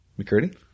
McCurdy